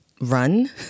run